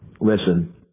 Listen